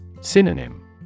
Synonym